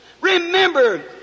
Remember